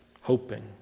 hoping